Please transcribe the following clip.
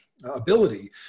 Ability